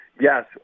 yes